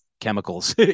chemicals